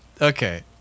Okay